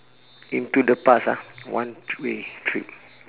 into the past ah one way trip